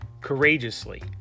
Courageously